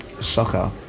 soccer